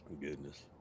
Goodness